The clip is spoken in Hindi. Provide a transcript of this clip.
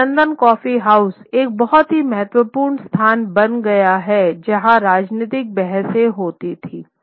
और लंदन कॉफ़ीहाउस एक बहुत ही महत्वपूर्ण स्थान बन गया है जहॉ राजनीतिक बहसें होती हैं